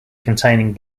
containing